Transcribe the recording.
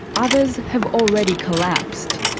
others have already collapsed.